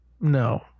No